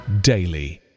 daily